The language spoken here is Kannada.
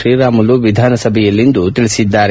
ಶ್ರೀರಾಮುಲು ವಿಧಾನಸಭೆಯಲ್ಲಿಂದು ತಿಳಿಸಿದ್ದಾರೆ